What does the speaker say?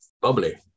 Bubbly